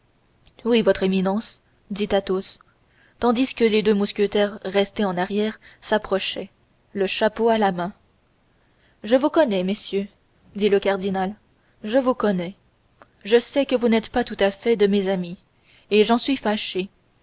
oui votre éminence dit athos tandis que les deux mousquetaires restés en arrière s'approchaient le chapeau à la main je vous connais messieurs dit le cardinal je vous connais je sais que vous n'êtes pas tout à fait de mes amis et j'en suis fâché